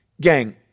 Gang